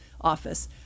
office